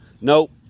nope